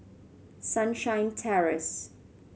Sunshine Terrace